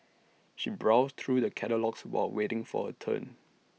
she browsed through the catalogues while waiting for her turn